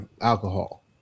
alcohol